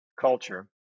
culture